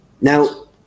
Now